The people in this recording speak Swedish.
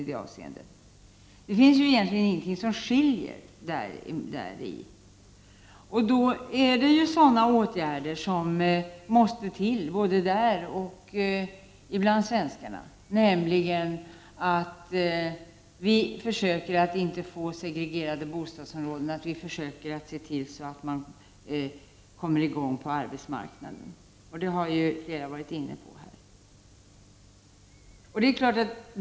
Det finns ju egentligen ingenting som skiljer i detta sammanhang. Därför måste åtgärder vidtas, när det gäller både invandrare och svenskar, för att man inte skall skapa segregerade bostadsområden och för att man skall se till att människor kommer in på arbetsmarknaden. Detta har flera talare tagit upp här tidigare.